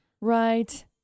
right